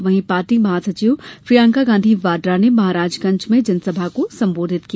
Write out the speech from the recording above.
वहीं पार्टी महासचिव प्रियंका गांधी वाड्रा ने महाराजगंज में जनसभा को संबोधित किया